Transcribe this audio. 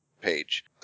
page